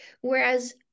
Whereas